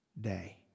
day